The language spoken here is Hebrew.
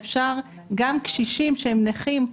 גם קשישים שהם נכים,